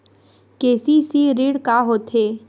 KCC ऋण का होथे?